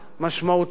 משמעותי,